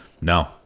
No